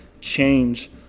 change